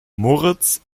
moritz